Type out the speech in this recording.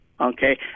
okay